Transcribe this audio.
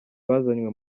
bazanywe